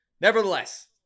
Nevertheless